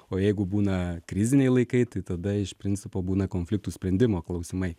o jeigu būna kriziniai laikai tai tada iš principo būna konfliktų sprendimo klausimai